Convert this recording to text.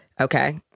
Okay